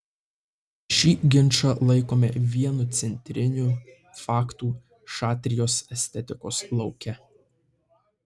šį ginčą laikome vienu centrinių faktų šatrijos estetikos lauke